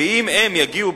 ואם הם יגיעו,